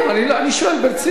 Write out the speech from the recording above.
אני שואל ברצינות.